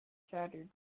shattered